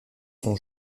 sont